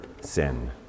sin